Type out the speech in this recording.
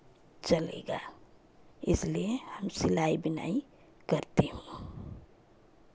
चलेगा इसलिए हम सिलाई बुनाई करती हूँ